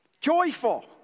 Joyful